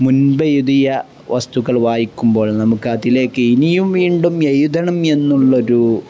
മുൻപെഴുതിയ വസ്തുക്കൾ വായിക്കുമ്പോൾ നമുക്ക് അതിലേക്ക് ഇനിയും വീണ്ടും എഴുതണം എന്നുള്ളൊരു